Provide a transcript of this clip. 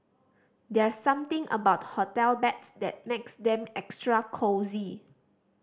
there's something about hotel beds that makes them extra cosy